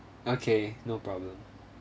okay no problem